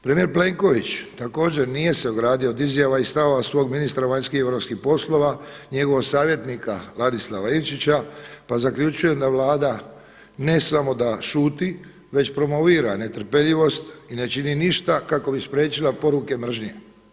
Premijer Plenković također nije se ogradio od izjava i stavova svog ministra vanjskih i europskih poslova, njegovog savjetnika Ladislava Ivčića pa zaključujem da Vlada ne samo da šuti, već promovira netrpeljivost i ne čini ništa kako bi spriječila poruke mržnje.